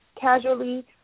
casually